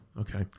Okay